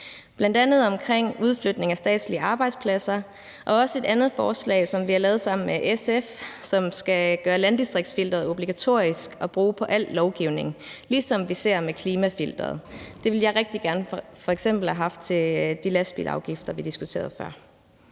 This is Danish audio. forslag om udflytning af statslige arbejdspladser og også et andet forslag, som vi har lavet sammen med SF, som skal gøre landdistriktsfilteret obligatorisk at bruge på al lovgivning, ligesom vi ser med klimafilteret. Det ville jeg rigtig gerne f.eks. have haft til de lastbilafgifter, vi diskuterede før.